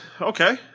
Okay